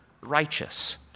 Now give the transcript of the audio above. righteous